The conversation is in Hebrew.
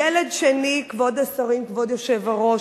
ילד שני, כבוד השרים, כבוד היושב-ראש,